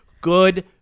Good